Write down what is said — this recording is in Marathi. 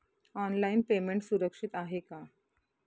ऑनलाईन पेमेंट सुरक्षित आहे का?